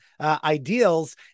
ideals